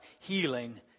healing